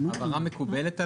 ההבהרה מקובלת עלי.